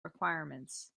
requirements